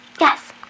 Yes